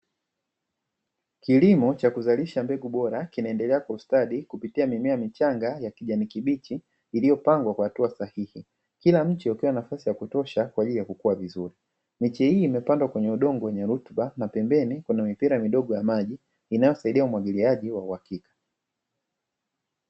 Kilomo cha kuzalisha mbegu bora kinaendelea kwa ustadi kupitia mimea michanga ya kijani kibichi iliyopangwa kwa hatua sahihi, kila mche umepewa nafasi ya kutosha kwa ajili ya kukuwa vizuri miche hii imepandwa kwenye udongo wenye rutuba; na pembeni kuna mipira midogo ya maji inayosaidia umwagiliaji wa uhakika.